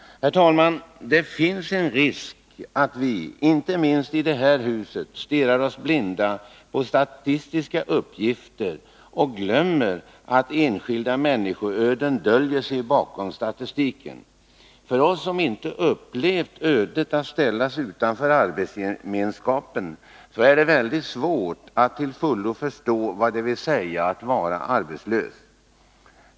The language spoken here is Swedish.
Herr talman! Det finns en risk att vi — inte minst i det här huset — stirrar oss blinda på statistiska uppgifter och glömmer att enskilda människoöden döljer sig bakom statistiken. För oss som inte upplevt ödet att ställas utanför arbetsgemenskapen är det väldigt svårt att till fullo förstå vad det vill säga att vara arbetslös.